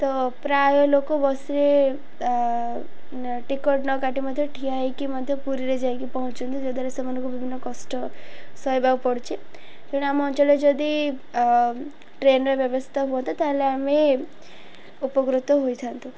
ତ ପ୍ରାୟ ଲୋକ ବସ୍ରେ ଟିକେଟ ନ କାଟି ମଧ୍ୟ ଠିଆ ହେଇକି ମଧ୍ୟ ପୁରୀରେ ଯାଇକି ପହଞ୍ଚନ୍ତି ଯଦ୍ୱାରା ସେମାନଙ୍କୁ ବିଭିନ୍ନ କଷ୍ଟ ସହିବାକୁ ପଡ଼ୁଛି ତେଣୁ ଆମ ଅଞ୍ଚଳରେ ଯଦି ଟ୍ରେନ୍ର ବ୍ୟବସ୍ଥା ହୁଅନ୍ତା ତା'ହେଲେ ଆମେ ଉପକୃତ ହୋଇଥାନ୍ତୁ